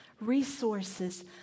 resources